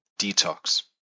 Detox